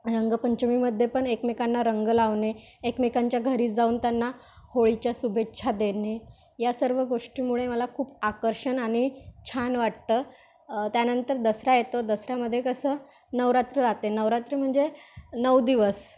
रंगपंचमीमध्ये पण एकमेकांना रंग लावणे एकमेकांच्या घरी जाऊन त्यांना होळीच्या शुभेच्छा देणे या सर्व गोष्टीमुळे मला खूप आकर्षण आणि छान वाटतं त्यानंतर दसरा येतो दसऱ्यामध्ये कसं नवरात्र राहते नवरात्री म्हणजे नऊ दिवस